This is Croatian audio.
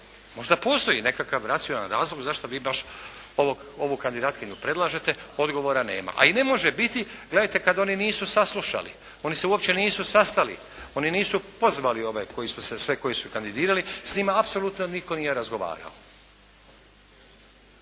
Možda postoji nekakav racionalan razlog zašto vi baš ovu kandidatkinju predlažete?» Odgovora nema. A i ne može biti, gledajte, kad oni saslušali. Oni se uopće nisu sastali. Oni nisu pozvali ove koji su se sve, koji su se kandidirali. S njima apsolutno nitko nije razgovarao.